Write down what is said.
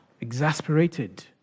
exasperated